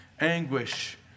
anguish